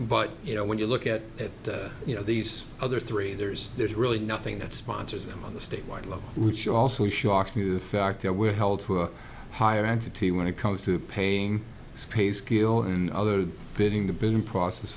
but you know when you look at it you know these other three there's really nothing that sponsors them on the statewide level which also shocks me the fact that we're held to a higher entity when it comes to paying space keo and others bidding the bidding process